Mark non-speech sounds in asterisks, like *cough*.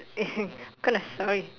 *laughs* what kind of story